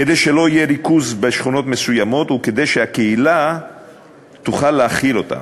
כדי שלא יהיה ריכוז בשכונות מסוימות וכדי שהקהילה תוכל להכיל אותם.